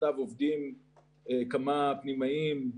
תחתיו עובדים כמה פנימאים,